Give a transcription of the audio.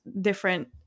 different